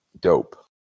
dope